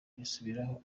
yisubiraho